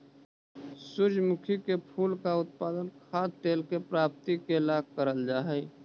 सूर्यमुखी के फूल का उत्पादन खाद्य तेल के प्राप्ति के ला करल जा हई